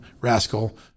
rascal